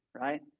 right